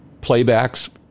playbacks